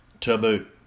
Taboo